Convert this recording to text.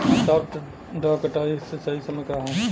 सॉफ्ट डॉ कटाई के सही समय का ह?